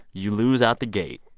you lose out the gate.